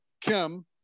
kim